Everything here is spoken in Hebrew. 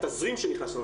התזרים שנכנסנו,